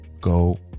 Go